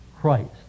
Christ